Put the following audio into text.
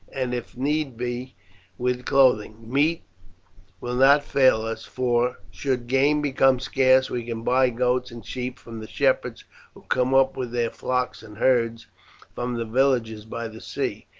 and if needs be with clothing. meat will not fail us, for should game become scarce we can buy goats and sheep from the shepherds who come up with their flocks and herds from the villages by the sea.